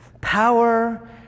Power